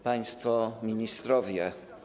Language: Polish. Państwo Ministrowie!